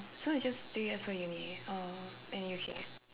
so it's just three years for uni oh in U_K